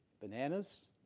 bananas